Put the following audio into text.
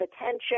attention